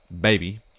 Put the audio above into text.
baby